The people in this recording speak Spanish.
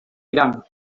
irán